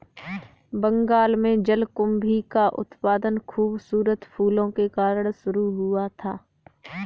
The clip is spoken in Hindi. बंगाल में जलकुंभी का उत्पादन खूबसूरत फूलों के कारण शुरू हुआ था